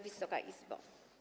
Wysoka Izbo!